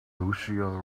lucia